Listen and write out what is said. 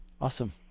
Awesome